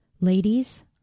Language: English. Ladies